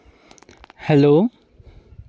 hello